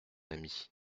ami